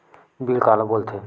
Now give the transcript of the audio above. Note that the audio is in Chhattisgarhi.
बिल काला बोल थे?